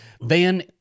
Van